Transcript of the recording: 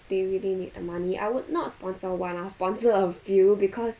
they really need the money I would not sponsor one I'll sponsor a few because